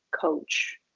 coach